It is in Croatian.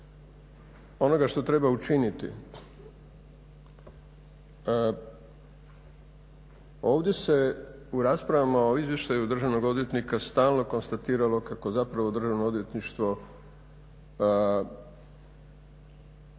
onoga što treba učiniti ovdje se u raspravama o izvještaju državnog odvjetnika stalno konstatiralo kao Državno odvjetništvo